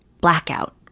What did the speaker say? blackout